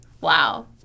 Wow